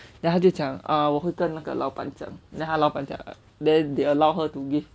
then 他就讲 err 我会跟那个老板讲 then 他老板讲 err then they allow her to give